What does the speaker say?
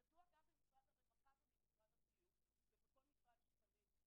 ידוע גם במשרד הרווחה ובמשרד הבריאות ובכל משרד שצריך.